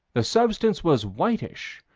the substance was whitish,